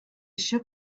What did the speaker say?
shook